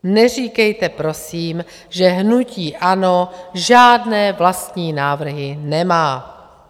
Neříkejte prosím, že hnutí ANO žádné vlastní návrhy nemá.